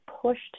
pushed